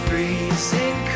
Freezing